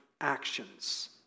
actions